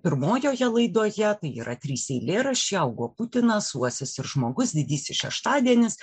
pirmojoje laidoje tai yra trys eilėraščiai augo putinas uosis ir žmogus didysis šeštadienis